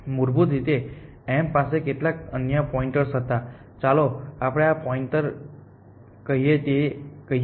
મૂળભૂત રીતે આ m પાસે કેટલાક અન્ય પોઇન્ટર્સ હતા ચાલો આપણે આ પોઇન્ટર કહીએ